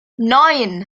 neun